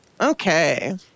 Okay